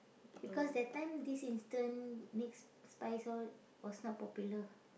because that time this instant mix spice all was not popular